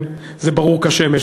זה ברור כשמש.